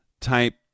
type